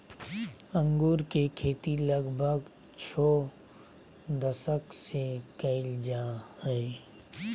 अंगूर के खेती लगभग छो दशक से कइल जा हइ